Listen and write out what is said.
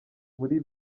muri